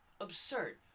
Absurd